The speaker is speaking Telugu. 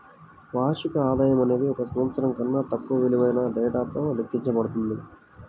వార్షిక ఆదాయం అనేది ఒక సంవత్సరం కన్నా తక్కువ విలువైన డేటాతో లెక్కించబడుతుంది